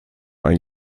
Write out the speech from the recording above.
ein